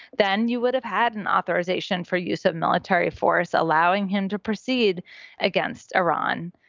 then you would have had an authorization for use of military force allowing him to proceed against iran.